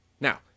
Now